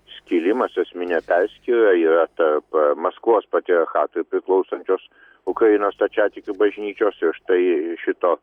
skilimas esminė perskyra yra tarp maskvos patriarchatui priklausančios ukrainos stačiatikių bažnyčios ir štai šito